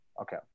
okay